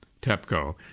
TEPCO